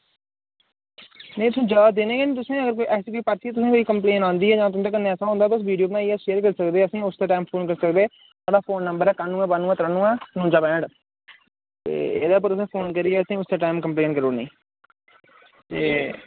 नेईं तुस ज्यादा देने गै नि तुसें अगर कोई परतियै तुसें कोई कम्प्लेन आंदी ऐ जां तुंदे कन्नै ऐसा होंदा तुस वीडियो बनाइयै शेयर करी सकदे असें उस्सै टैम फोन करी सकदे साढ़ा फोन नंबर ऐ कान्नूएं बान्नूएं त्रानुएं नुन्जा पैंह्ठ ते एह्दे पर तुसें फोन करियै असें ई उस्सै टैम कम्प्लेन करी ओड़नी ते